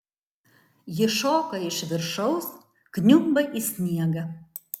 ji šoka iš viršaus kniumba į sniegą